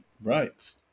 right